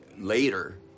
later